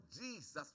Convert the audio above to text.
Jesus